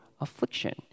affliction